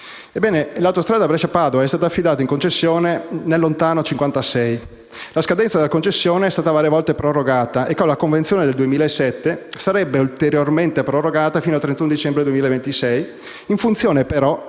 Ebbene, l'autostrada Brescia-Padova è stata affidata in concessione nel lontano 1956. La scadenza della concessione è stata varie volte prorogata e con la convenzione del 2007 sarebbe ulteriormente prorogata fino al 31 dicembre 2026, in funzione, però,